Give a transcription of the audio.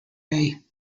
bay